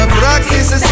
practice